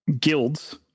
guilds